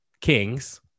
kings